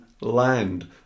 land